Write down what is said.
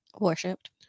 Worshipped